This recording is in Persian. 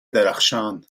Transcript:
درخشان